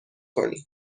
کنی